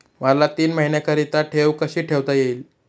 मला तीन महिन्याकरिता ठेव कशी ठेवता येईल?